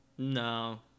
No